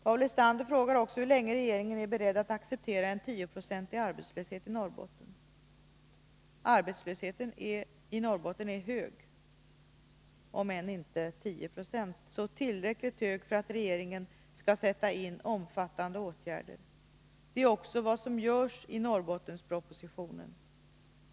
Paul Lestander frågar hur länge regeringen är beredd att acceptera en tioprocentig arbetslöshet i Norrbotten. Arbetslösheten i Norrbotten är hög, om än inte 10 96 så tillräckligt hög för att regeringen skall sätta in omfattande åtgärder. Det är också vad som föreslås i Norrbottenspropositionen.